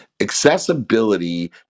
Accessibility